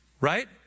Right